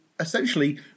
essentially